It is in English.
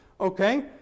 Okay